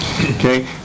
okay